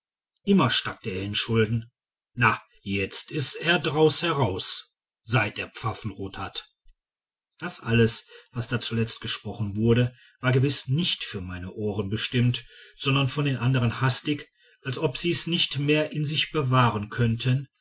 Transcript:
immer stak er in schulden na jetzt ist er draus heraus seit er pfaffenrod hat das alles was da zuletzt gesprochen wurde war gewiß nicht für meine ohren bestimmt sondern von den andern hastig als ob sie's nicht mehr in sich bewahren könnten